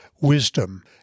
wisdom